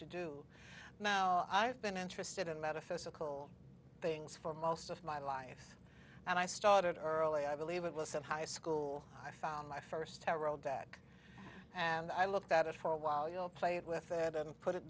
do you know i've been interested in metaphysical things for most of my life and i started early i believe it was of high school i found my first a role dag and i looked at it for a while you'll play it with it and put it